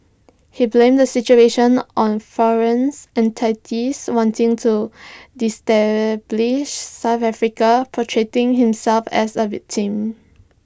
he blamed the situation on foreign entities wanting to destabilise south Africa portraying himself as A victim